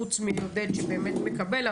חוץ מעודד שבאמת מקבל,